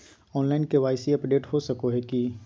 Online KYC update हो सको है की?